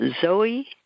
Zoe